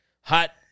hot